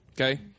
Okay